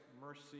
mercy